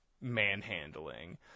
manhandling